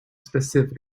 specific